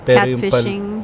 Catfishing